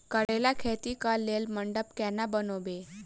करेला खेती कऽ लेल मंडप केना बनैबे?